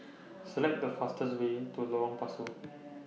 Select The fastest Way to Lorong Pasu